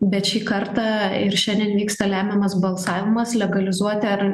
bet šį kartą ir šiandien vyksta lemiamas balsavimas legalizuoti ar